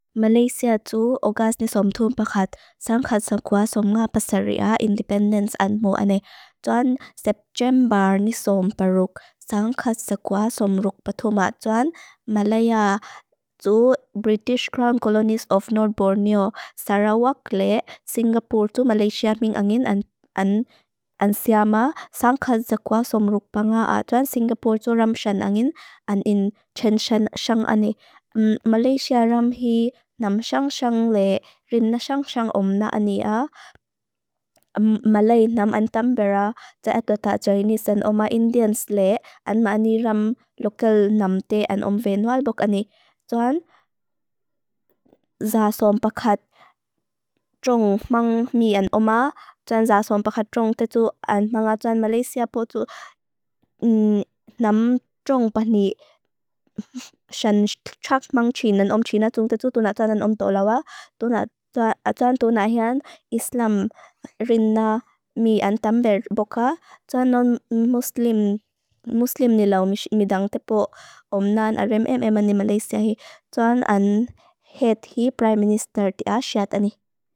Malaysia tu ogas nisom tum pakat. Sangkat sakwa som nga pasaria independence anmu ane. Tuan september nisom paruk. Sangkat sakwa som ruk patuma. Tuan Malaya tu British Crown Colonies of North Borneo. Sarawak le, Singapore tu Malaysia ming angin an siama. Sangkat sakwa som ruk panga a. Tuan Singapore tu ramshan angin an in chanshan shang ane. Malaysia ramhi namshan shang le. Rinnashan shang om na ane a. Malay nam an tambera. Taekata jainis an oma indians le. An ma ani ram lokal namte an om venual bok ane. Tuan za son pakat trung mang mi an oma. Tuan za son pakat trung tetu. An mang a tuan Malaysia potu. Nam trung pah ni shan shak mang chinan. Om chinan trung tetu. Tuan a tuan an om tulawa. Tuan a tuan tuan a hian Islam rinna mi an tamber boka. Tuan non Muslim. Muslim nila om midang tepo. Om nan RMMM an ni Malaysia hi. Tuan an head hi Prime Minister ti a siat ani.